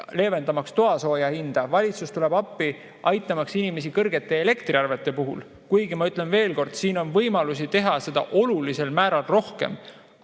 leevendamaks toasooja hinda, valitsus tuleb appi, aitamaks inimesi kõrgete elektriarvete puhul – ma küll ütlen veel kord, et on võimalusi teha seda olulisel määral rohkem